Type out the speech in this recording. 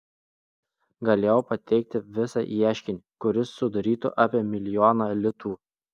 galėjau pateikti visą ieškinį kuris sudarytų apie milijoną litų